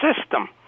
system